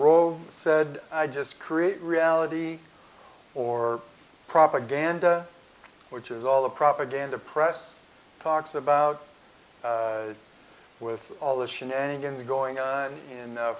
rove said i just create reality or propaganda which is all the propaganda press talks about with all the shenanigans going on in